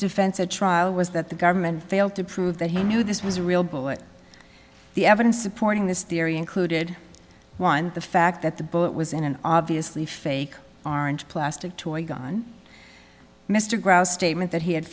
defense at trial was that the government failed to prove that he knew this was a real bullet the evidence supporting this theory included one the fact that the bullet was in an obviously fake orange plastic toy gun mr graus statement that he had